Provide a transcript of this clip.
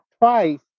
twice